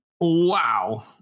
Wow